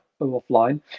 offline